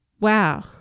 Wow